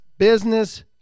Business